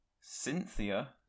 Cynthia